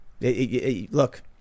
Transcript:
Look